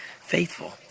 faithful